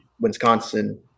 Wisconsin